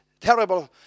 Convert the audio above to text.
terrible